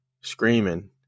screaming